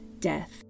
death